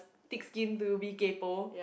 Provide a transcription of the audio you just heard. thick skin to be kaypoh